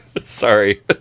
Sorry